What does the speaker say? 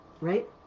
right